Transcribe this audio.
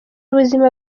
ubuzima